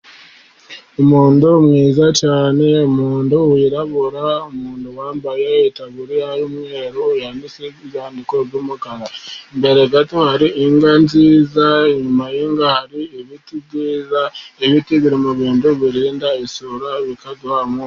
Umuntu mwiza cyane, umuntu wirabura, umuntu wambaye itaburiya y'umweru yanditseko urwandiko tw'umukara. Imbere gato hari inka nziza, Inyuma y'inka hari ibiti byiza, ibiti biri mubintu birinda isura bikaduha umwuka.